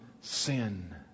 sin